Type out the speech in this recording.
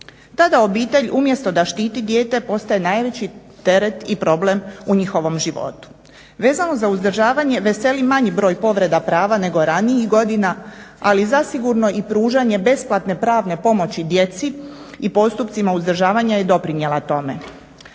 Tada obitelj umjesto da štiti dijete postaje najveći teret i problem u njihovom životu. Vezano za uzdržavanje veseli manji broj povreda prava nego ranijih godina ali zasigurno i pružanje besplatne pravne pomoći djeci i postupcima uzdržavanja je doprinijela tome.